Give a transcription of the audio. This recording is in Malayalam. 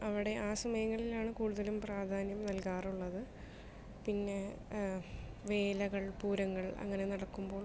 അവിടെ ആ സമയങ്ങളിലാണ് കൂടുതലും പ്രാധാന്യം നൽകാറുള്ളത് പിന്നെ വേലകൾ പൂരങ്ങൾ അങ്ങനെ നടക്കുമ്പോൾ